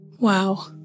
Wow